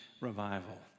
revival